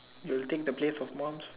will take the place of moms